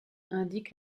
indique